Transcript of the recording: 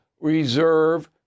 reserve